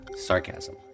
sarcasm